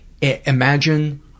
imagine